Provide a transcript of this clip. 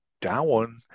down